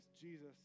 Jesus